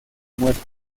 muerte